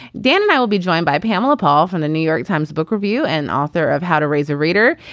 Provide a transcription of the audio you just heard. dan and i will be joined by pamela paul from the new york times book review and author of how to raise a reader.